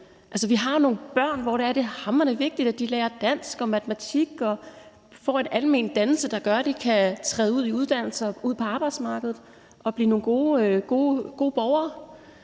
Vi har jo nogle børn, hvor det er hamrende vigtigt, at de lærer dansk og matematik, og at de får en almen dannelse, der gør, at de kan træde ud i uddannelser og ud på arbejdsmarkedet og blive nogle gode borgere.